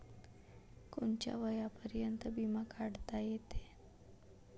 कोनच्या वयापर्यंत बिमा काढता येते?